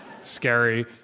scary